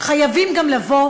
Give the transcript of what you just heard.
חייבים גם לבוא,